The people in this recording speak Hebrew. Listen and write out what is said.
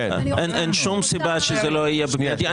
אין שום סיבה שזה יהיה במיידי.